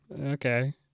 okay